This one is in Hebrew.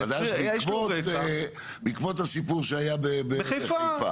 הוא חדש בעקבות הסיפור שהיה בחיפה?